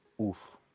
Oof